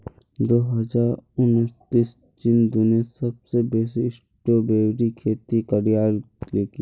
दो हजार उन्नीसत चीन दुनियात सबसे बेसी स्ट्रॉबेरीर खेती करयालकी